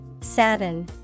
Sadden